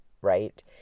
right